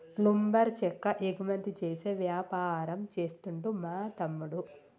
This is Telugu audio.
లుంబర్ చెక్క ఎగుమతి చేసే వ్యాపారం చేస్తుండు మా తమ్ముడు